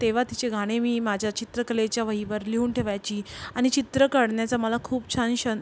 तेव्हा तिचे गाणे मी माझ्या चित्रकलेच्या वहीवर लिहून ठेवायची आणि चित्र काढण्याचा मला खूप छान शं